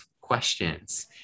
questions